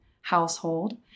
household